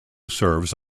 serves